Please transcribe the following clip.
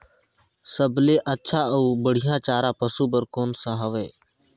सबले अच्छा अउ बढ़िया चारा पशु बर कोन सा हवय?